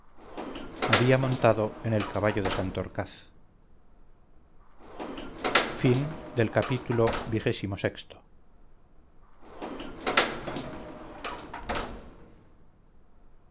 había montado en el caballo de santorcaz ii